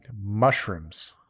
mushrooms